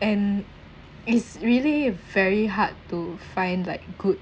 and it's really very hard to find like good